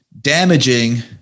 damaging